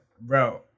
bro